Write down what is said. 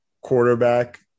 quarterback